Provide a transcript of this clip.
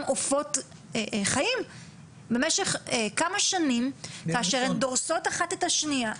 עופות חיות במשך כמה שנים כאשר הן דורסות אחת את השנייה,